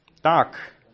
Tak